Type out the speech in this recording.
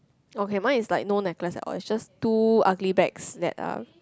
okay mine is like no necklace at all it's just two ugly bags that are